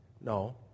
no